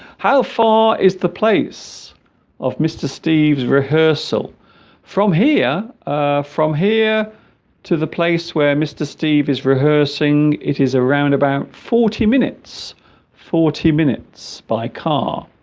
how far is the place of mr. steve's rehearsal from here ah from here to the place where mr. steve is rehearsing it is around about forty minutes forty minutes by car